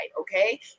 Okay